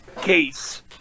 case